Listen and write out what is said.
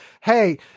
hey